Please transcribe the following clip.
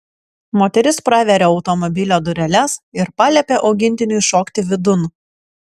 moteris praveria automobilio dureles ir paliepia augintiniui šokti vidun